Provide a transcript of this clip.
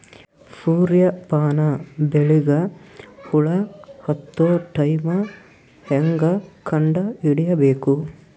ಸೂರ್ಯ ಪಾನ ಬೆಳಿಗ ಹುಳ ಹತ್ತೊ ಟೈಮ ಹೇಂಗ ಕಂಡ ಹಿಡಿಯಬೇಕು?